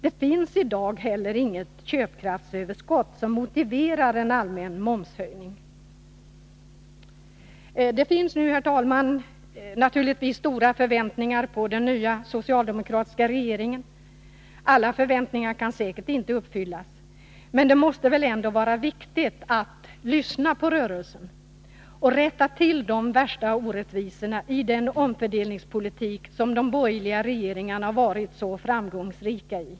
Det finns i dag inget köpkraftsöverskott som motiverar en allmän momshöjning. Det ställs, herr talman, naturligtvis stora förväntningar på den nya, socialdemokratiska regeringen. Alla förväntningar kan säkert inte infrias. Men det måste väl ändå vara viktigt att lyssna på rörelsen och råda bot på de värsta orättvisorna i den omfördelningspolitik som de borgerliga regeringarna varit så framgångsrika med.